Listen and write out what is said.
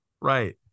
Right